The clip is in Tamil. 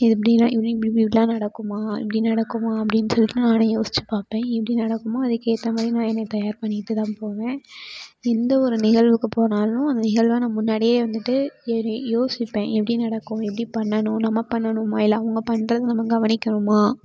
இது எப்படின்னா இது இப்படி இப்படி இப்படிலாம் நடக்குமா இப்படி நடக்குமா அப்படின்னு சொல்லிட்டு நானே யோசிச்சு பார்ப்பேன் எப்படி நடக்குமோ அதுக்கேற்ற மாதிரி நான் என்னை தயார் பண்ணிகிட்டு தான் போவேன் எந்த ஒரு நிகழ்வுக்கும் போனாலும் அந்த நிகழ்வ நான் முன்னாடியே வந்துட்டு இது மாதிரி யோசிப்பேன் எப்படி நடக்கும் எப்படி பண்ணணும் நம்ம பண்ணணுமா இல்லை அவங்க பண்றதை நம்ம கவனிக்கணுமா